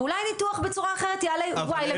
ואולי ניתוח בצורה אחרת יעלה Y למבוטח.